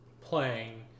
playing